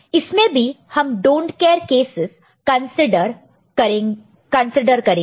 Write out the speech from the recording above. इसमें भी हम डोंट केयर कैसस कंसीडर करेंगे